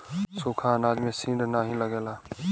सुखा अनाज में सीड नाही लगेला